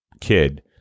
kid